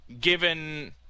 given